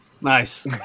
Nice